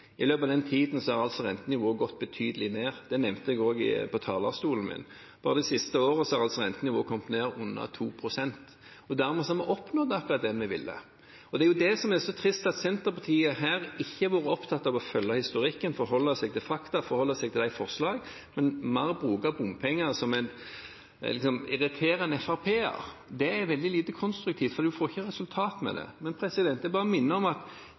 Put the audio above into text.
I løpet av den tiden har rentenivået gått betydelig ned, det nevnte jeg også fra talerstolen. Bare det siste året har rentenivået kommet ned til under 2 pst., og dermed har vi oppnådd akkurat det vi ville. Det som er trist, er at Senterpartiet ikke er opptatt av å følge historikken her og forholde seg til fakta og til forslagene, men bruker bompengene mer som en irriterende Frp-er. Det er veldig lite konstruktivt, for en får ikke noe resultat med det. Men jeg vil minne om